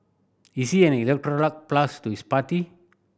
is he an plus to his party